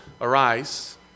Arise